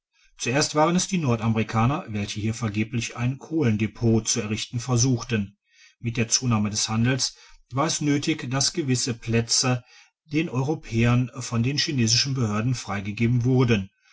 zuerst waren es die nord amerikaner welche hier vergeblich ein kohlendpöt zu errichten versuchten mit der zunahme des handels war es nötige dass gewisse plätze den europäern von den chinesischen behörden frei gegeben wurden